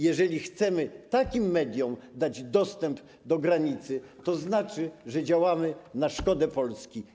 Jeżeli chcemy takim mediom dać dostęp do granicy, to znaczy, że działamy na szkodę Polski.